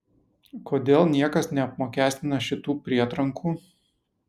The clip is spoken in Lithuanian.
kodėl niekas neapmokestina šitų prietrankų